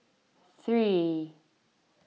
three